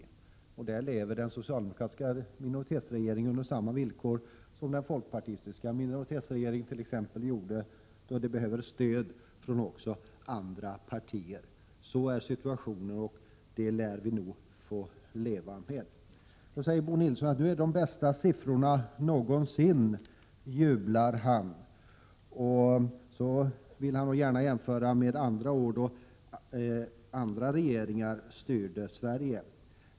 På den punkten lever den socialdemokratiska minoritetsregeringen på samma villkor som den folkpartistiska minoritetsregeringen gjorde, vilken också behövde stöd från andra partier. Sådan är situationen, och detta lär vi nog få leva med. Dessa är de bästa siffrorna någonsin, jublar Bo Nilsson. Då vill han nog gärna jämföra med andra år då andra regeringar styrde Sverige.